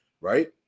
right